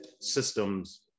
systems